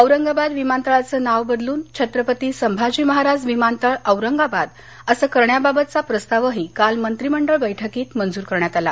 औरंगाबाद विमानतळाचं नाव बदलून छत्रपती संभाजी महाराज विमानतळ औरंगाबाद असं करण्याबाबतचा प्रस्तावही काल मंत्रिमंडळ बैठकीत मंजूर करण्यात आला